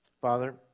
Father